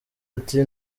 ati